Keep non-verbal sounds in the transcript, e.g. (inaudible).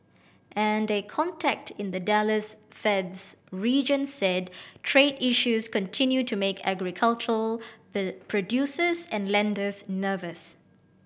and a contact in the Dallas Fed's region said trade issues continue to make agricultural (unintelligible) producers and lenders nervous